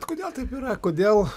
kodėl taip yra kodėl